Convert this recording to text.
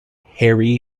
hairy